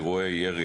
אירועי ירי,